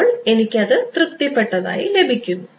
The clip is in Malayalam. അപ്പോൾ എനിക്ക് അത് തൃപ്തിപ്പെട്ടതായി ലഭിക്കുന്നു